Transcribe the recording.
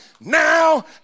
now